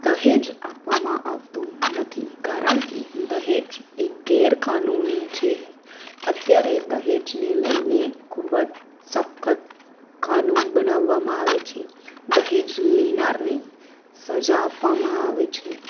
દહેજ આપવામાં આવતું નથી કારણ કે દહેજ એ ગેરકાનૂની છે અત્યારે દહેજને લઈને ખૂબ જ સખત કાનૂન બનાવવામાં આવે છે દહેજ લેનારને સજા આપવામાં આવે છે